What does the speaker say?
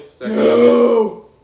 No